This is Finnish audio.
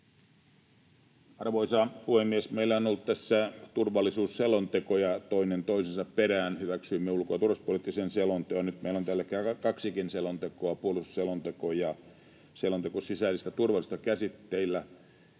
Arvoisa puhemies! Meillä on ollut tässä turvallisuusselontekoja toinen toisensa perään. Hyväksyimme ulko- ja turvalliuuspoliittisen selonteon. Nyt meillä on täällä kaksikin selontekoa käsitteillä, puolustusselonteko ja selonteko sisäisestä turvallisuudesta.